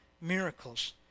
miracles